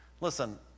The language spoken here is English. listen